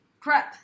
Prep